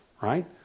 right